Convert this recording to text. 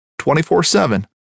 24-7